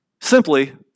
simply